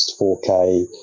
4K